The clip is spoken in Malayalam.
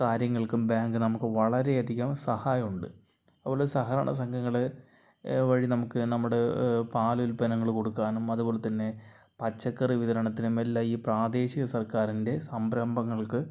കാര്യങ്ങൾക്കും ബാങ്ക് നമുക്ക് വളരെയധികം സഹായമുണ്ട് അതുപോലെ സഹകരണ സംഘങ്ങൾ വഴി നമുക്ക് നമ്മുടെ പാല് ഉൽപ്പന്നങ്ങൾ കൊടുക്കാനും അതുപോലെത്തന്നെ പച്ചക്കറി വിതരണത്തിനും എല്ലാം ഈ പ്രാദേശിക സർക്കാരിൻറെ സംരംഭങ്ങൾക്ക്